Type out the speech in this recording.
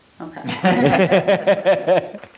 Okay